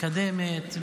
מקדמת,